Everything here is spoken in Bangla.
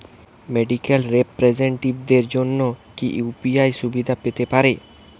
মেডিক্যাল রিপ্রেজন্টেটিভদের জন্য কি ইউ.পি.আই সুবিধা পেতে পারে?